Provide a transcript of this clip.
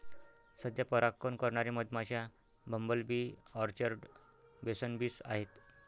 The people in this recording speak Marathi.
सध्या परागकण करणारे मधमाश्या, bumble bee, orchard mason bees आहेत